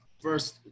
first